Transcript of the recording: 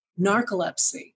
narcolepsy